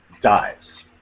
dies